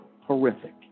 horrific